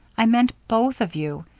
i meant both of you.